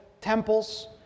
temples